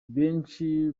benshi